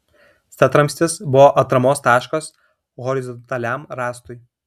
statramstis buvo atramos taškas horizontaliam rąstui